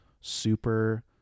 super